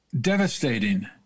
devastating